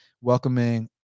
welcoming